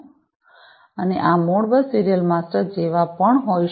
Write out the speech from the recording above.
અને આ Modbus serial master જેવા પણ હોઈ શકે